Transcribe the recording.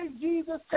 Jesus